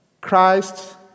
Christ